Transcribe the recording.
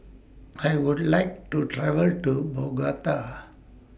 I Would like to travel to Bogota